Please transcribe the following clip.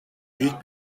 büyük